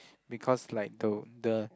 because like though the